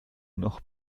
noch